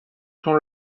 تون